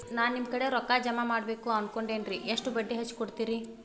ನಾ ನಿಮ್ಮ ಕಡೆ ರೊಕ್ಕ ಜಮಾ ಮಾಡಬೇಕು ಅನ್ಕೊಂಡೆನ್ರಿ, ಎಷ್ಟು ಬಡ್ಡಿ ಹಚ್ಚಿಕೊಡುತ್ತೇರಿ?